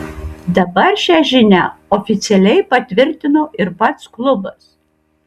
dabar šią žinią oficialiai patvirtino ir pats klubas